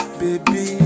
baby